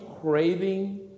craving